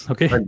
Okay